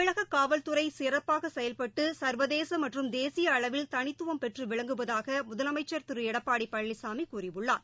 தமிழக காவல்துறை சிறப்பாக செயல்பட்டு சா்வதேச மற்றும் தேசிய அளவில் தனித்துவம் பெற்று விளங்குவதாக முதலமைச்சர் திரு எடப்பாடி பழனிசாமி கூறியுள்ளார்